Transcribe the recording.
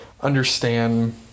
understand